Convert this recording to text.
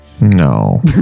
No